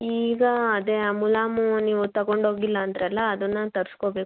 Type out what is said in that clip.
ಈಗ ಅದೇ ಆ ಮುಲಾಮು ನೀವು ತಗೊಂಡೋಗಿಲ್ಲ ಅಂದಿರಲ್ಲ ಅದನ್ನು ತರಿಸ್ಕೊಬೇಕು